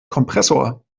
kompressor